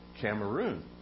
Cameroon